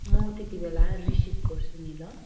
म त्यति बेला रिसिभ गर्छु नि ल